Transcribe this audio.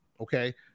Okay